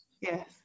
Yes